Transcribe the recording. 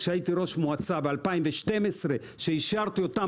כשהייתי ראש מועצה ב-2012 אישרתי אותן